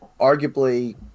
arguably –